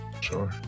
Sure